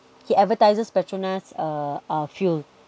he advertisers petronas uh uh fuel